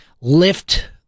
lift